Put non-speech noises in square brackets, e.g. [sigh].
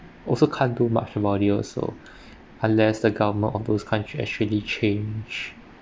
also can't do much about it also [breath] unless the government of those country actually change